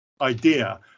idea